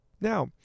Now